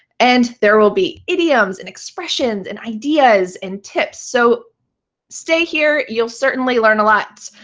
and there will be idioms and expressions and ideas and tips. so stay here. you'll certainly learn a lot,